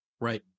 Right